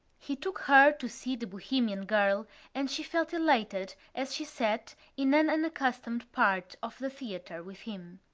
he took her to see the bohemian girl and she felt elated as she sat in an unaccustomed part of the theatre with him.